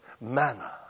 manner